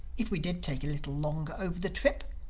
if we did take a little longer over the trip?